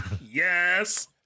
Yes